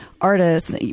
artists